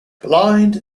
blind